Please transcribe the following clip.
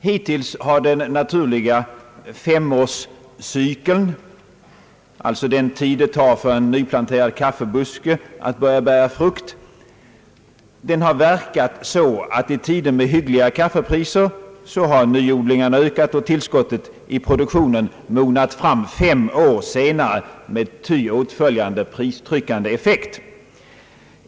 Hittills har den naturliga femårscykeln — alltså den tid som behövs för att en nyplanterad kaffebuske skall börja bära frukt — verkat så att i tider med goda kaffepriser har nyodlingarna ökat, och tillskottet i produktionen har mognat fem år senare med ty. åtföljande prispressande effekt.